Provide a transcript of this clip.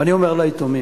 ואני אומר ליתומים: